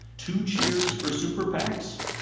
two cheers for super pacs?